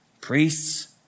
priests